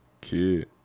kid